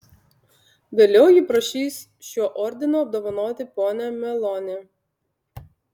vėliau ji prašys šiuo ordinu apdovanoti ponią meloni